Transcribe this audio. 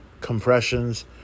compressions